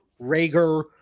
Rager